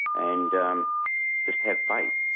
and um just have faith.